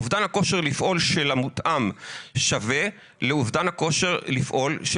אובדן הכושר לפעול של המותאם שווה לאובדן הכושר לפעול של